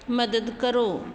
ਮਦਦ ਕਰੋ